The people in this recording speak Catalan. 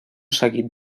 seguit